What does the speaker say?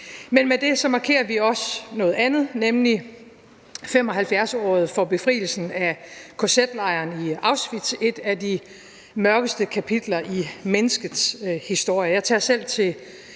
Men med det markerer vi også noget andet, nemlig 75-året for befrielsen af kz-lejren i Auschwitz – et af de mørkeste kapitler i menneskets historie.